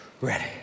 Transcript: Ready